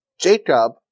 Jacob